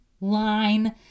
line